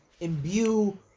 imbue